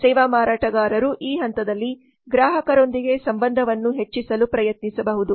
ಸೇವಾ ಮಾರಾಟಗಾರರು ಈ ಹಂತದಲ್ಲಿ ಗ್ರಾಹಕರೊಂದಿಗೆ ಸಂಬಂಧವನ್ನು ಹೆಚ್ಚಿಸಲು ಪ್ರಯತ್ನಿಸಬಹುದು